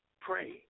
Pray